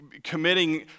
Committing